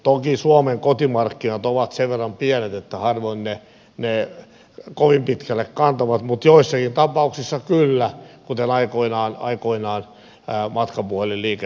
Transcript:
toki suomen kotimarkkinat ovat sen verran pienet että harvoin ne kovin pitkälle kantavat mutta joissakin tapauksissa kyllä kuten aikoinaan matkapuhelinliiketoiminnassa